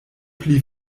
pli